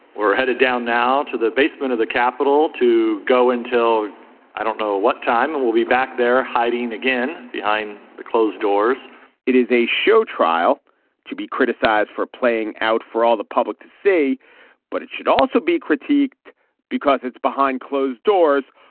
we're headed down now to the basement of the capitol to go until i don't know what time and we'll be back. they're hiding again behind closed doors it is a show trial to be criticized for playing out for all the public to say but it should also be critiqued because it's behind closed doors.